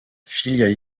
filiale